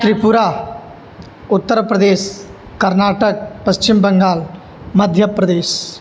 त्रिपुरा उत्तरप्रदेशः कर्नाटकः पश्चिम बङ्गालः मध्यप्रदेशः